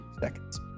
seconds